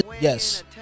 Yes